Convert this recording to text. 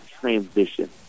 transition